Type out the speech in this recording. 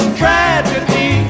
tragedy